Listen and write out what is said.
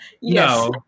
yes